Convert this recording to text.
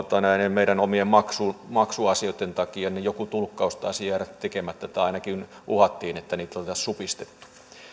näiden meidän omien maksuasioittemme takia joku tulkkaus taisi jäädä tekemättä tai ainakin uhattiin että niitä olisi supistettu